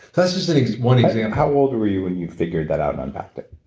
that's just one example how old were you when you figured that out and unpacked it?